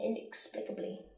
inexplicably